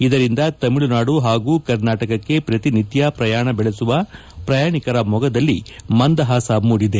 ಇದರಿಂದ ತಮಿಳುನಾಡು ಹಾಗೂ ಕರ್ನಾಟಕಕ್ಕೆ ಪ್ರತಿನಿತ್ಯ ಪ್ರಯಾಣ ಬೆಳೆಸುವ ಪ್ರಯಾಣಿಕರ ಮೊಗದಲ್ಲಿ ಮಂದಹಾಸ ಮೂಡಿದೆ